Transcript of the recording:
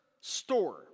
store